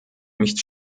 mich